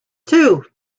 two